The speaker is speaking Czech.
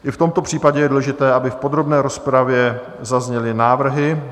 I v tomto případě je důležité, aby v podrobné rozpravě zazněly návrhy.